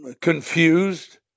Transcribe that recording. confused